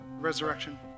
Resurrection